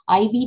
IV